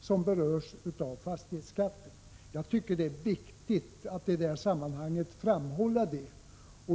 som berörs av fastighetsskatten. Jag tycker det är viktigt att framhålla det i sammanhanget.